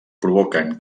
provoquen